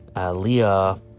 Leah